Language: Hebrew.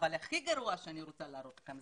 אבל הכי גרוע אותו אני רוצה להראות לכם,